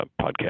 podcast